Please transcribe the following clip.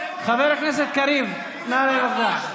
חבר הכנסת קריב, נא להירגע.